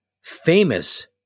famous